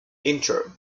intro